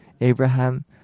Abraham